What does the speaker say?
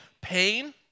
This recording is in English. pain